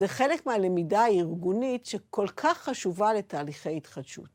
זה חלק מהלמידה הארגונית שכל כך חשובה לתהליכי התחדשות.